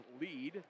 lead